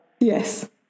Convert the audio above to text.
Yes